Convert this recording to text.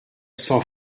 sans